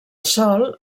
sol